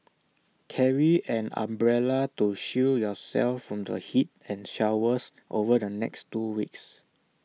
carry an umbrella to shield yourself from the heat and showers over the next two weeks